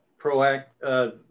proactive